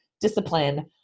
discipline